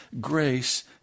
Grace